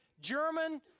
German